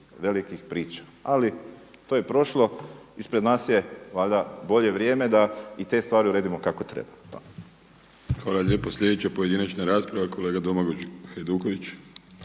velikih priča. Ali to je prošlo, ispred nas je valjda bolje vrijeme da i te stvari uredimo kako treba. Hvala. **Vrdoljak, Ivan (HNS)** Hvala lijepo. Sljedeća pojedinačna rasprava kolega Domagoj Hajduković.